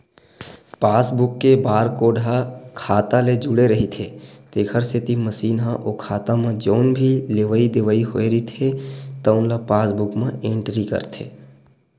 passbook के barcode ह खाता ले जुड़े रहिथे तेखर सेती मसीन ह ओ खाता म जउन भी लेवइ देवइ होए रहिथे तउन ल पासबूक म एंटरी करथे